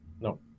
No